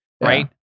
Right